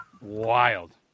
wild